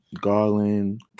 Garland